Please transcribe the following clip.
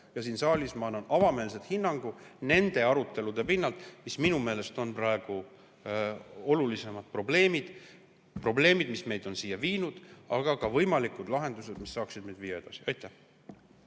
Siin saalis ma annan avameelselt hinnangu nende arutelude pinnalt selle kohta, mis minu meelest on praegu olulised probleemid, probleemid, mis meid on siia toonud, aga ka võimalikud lahendused, mis saaksid meid viia edasi. Aitäh!